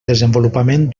desenvolupament